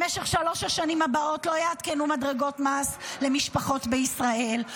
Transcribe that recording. במשך שלוש השנים הבאות לא יעדכנו מדרגות מס למשפחות בישראל,